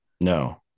No